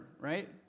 right